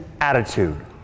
attitude